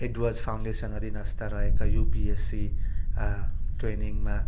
Edward foundation अधीनस्त रहेका UPSC ट्रेनिङमा